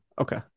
okay